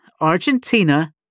Argentina